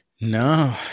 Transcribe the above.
No